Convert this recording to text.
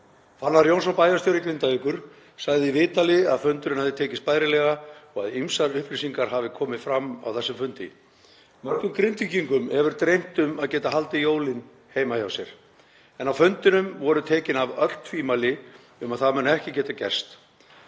Fannar Jónsson, bæjarstjóri Grindavíkur, sagði í viðtali að fundurinn hefði tekist bærilega og að ýmsar upplýsingar hefðu komið fram á þessum fundi. Marga Grindvíkinga hefur dreymt um að geta haldið jólin heima hjá sér en á fundinum voru tekin af öll tvímæli um að það muni ekki geta gerst.